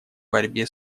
борьбе